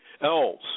else